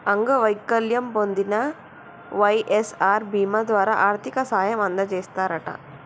అంగవైకల్యం పొందిన వై.ఎస్.ఆర్ బీమా ద్వారా ఆర్థిక సాయం అందజేస్తారట